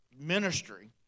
ministry